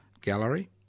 gallery